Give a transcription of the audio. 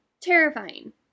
terrifying